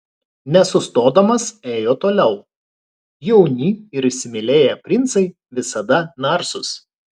nesustodamas ėjo toliau jauni ir įsimylėję princai visada narsūs